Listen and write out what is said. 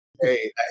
Hey